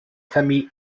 famille